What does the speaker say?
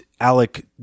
Alec